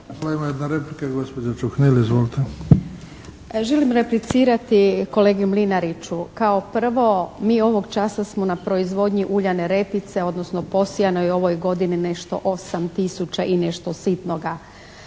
Hvala. Ima jedna replika, gospođa Čuhnil. Izvolite! **Čuhnil, Zdenka (Nezavisni)** Želim replicirati kolegi Mlinariću. Kao prvo, mi ovog časa smo na proizvodnji uljane repice odnosno posijanoj u ovoj godini nešto 8 tisuća i nešto sitnoga.